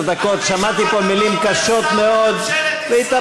לפני עשר דקות שמעתי פה מילים קשות מאוד והתאפקתי.